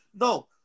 No